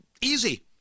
Easy